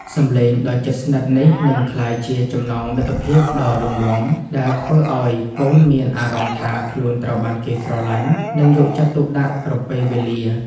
សំឡេងដ៏ជិតស្និទ្ធនេះនឹងក្លាយជាចំណងមិត្តភាពដ៏រឹងមាំ ដែលធ្វើឱ្យកូនមានអារម្មណ៍ថាខ្លួនត្រូវបានគេស្រឡាញ់ និងយកចិត្តទុកដាក់គ្រប់ពេលវេលា។